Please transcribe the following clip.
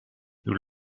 nous